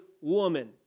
woman